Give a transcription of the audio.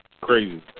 Crazy